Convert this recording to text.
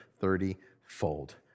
thirty-fold